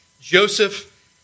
Joseph